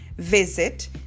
Visit